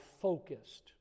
focused